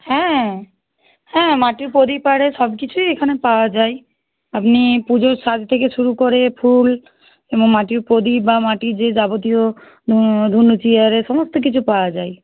হ্যাঁ হ্যাঁ মাটির প্রদীপ পাওয়া যায় সব কিছুই এখানে পাওয়া যায় আপনি পুজোর সাজ থেকে শুরু করে ফুল মাটির প্রদীপ বা মাটির যে যাবতীয় ধুনুচি আর এ সমস্ত কিছু পাওয়া যায়